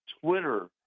Twitter